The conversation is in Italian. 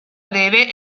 breve